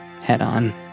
head-on